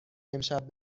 امشب